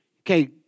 Okay